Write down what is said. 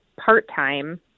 part-time